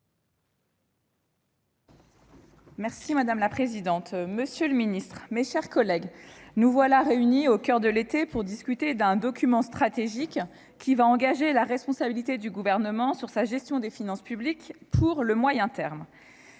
Madame la présidente, monsieur le ministre, mes chers collègues, nous voilà réunis au coeur de l'été pour discuter d'un document stratégique qui va engager la responsabilité du Gouvernement sur sa gestion des finances publiques à moyen terme.